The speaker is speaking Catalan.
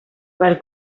per